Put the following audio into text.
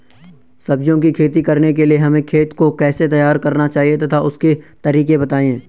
सब्जियों की खेती करने के लिए हमें खेत को कैसे तैयार करना चाहिए तथा उसके तरीके बताएं?